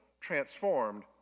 transformed